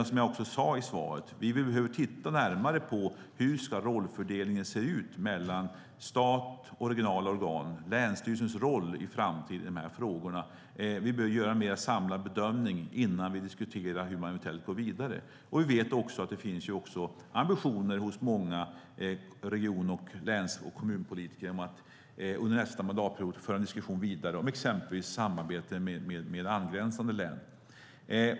Som jag också sade i svaret: Vi behöver titta närmare på hur rollfördelningen ska se ut mellan stat och regionala organ och på länsstyrelsens framtida roll i de här frågorna. Vi behöver göra en mer samlad bedömning innan vi diskuterar hur vi eventuellt går vidare. Vi vet också att det finns ambitioner hos många region-, läns och kommunpolitiker att under nästa mandatperiod föra en vidare diskussion om exempelvis samarbete med angränsande län.